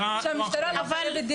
בשמות.